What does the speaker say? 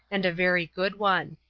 and a very good one.